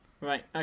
right